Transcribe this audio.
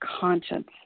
conscience